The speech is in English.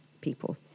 people